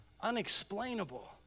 unexplainable